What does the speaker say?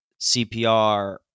CPR